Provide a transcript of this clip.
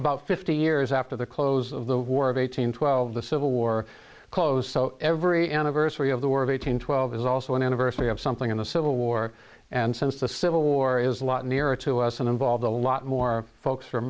about fifty years after the close of the war of eighteen twelve the civil war close so every anniversary of the war of eighteen twelve is also an anniversary of something in the civil war and since the civil war is a lot nearer to us and involves a lot more folks from